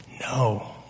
No